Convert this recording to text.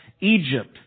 Egypt